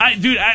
Dude